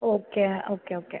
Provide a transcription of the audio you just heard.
okay okay okay